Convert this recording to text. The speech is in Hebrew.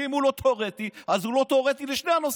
ואם הוא לא תיאורטי אז הוא לא תיאורטי לשני הנושאים.